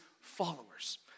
followers